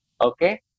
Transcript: okay